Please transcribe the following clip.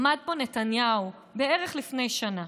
עמד פה נתניהו בערך לפני שנה